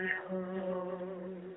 home